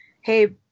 hey